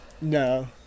No